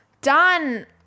done